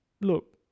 look